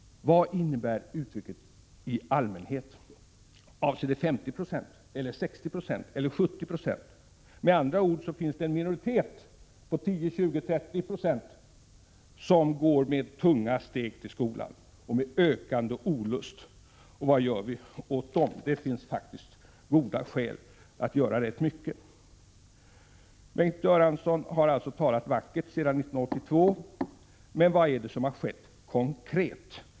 Vad innebär uttrycket ”i allmänhet”? Avser det 50 96, 60 96 eller 70 26? Det finns med andra ord en minoritet på 10, 20 eller 30 96 som går med tunga steg till skolan, och med ökande olust. Vad gör vi för dem? Det finns faktiskt goda skäl att göra rätt mycket. Bengt Göransson har alltså talat vackert sedan 1982. Men vad är det som har skett konkret?